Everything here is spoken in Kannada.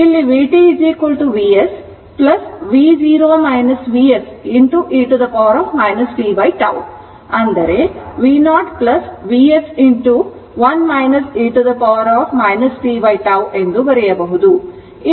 ಇಲ್ಲಿ vt Vs e tτ v0Vs 1 e tτ ಎಂದು ಬರೆಯಬಹುದು